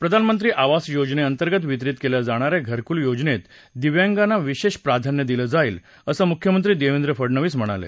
प्रधानमंत्री आवास योजनेअंतर्गत वितरीत केल्या जाणाऱ्या घरकूल योजनेत दिव्यागांना विशेष प्राधान्य दिलं जाईल असं मुख्यमंत्री देवेद्र फडनवीस म्हणाले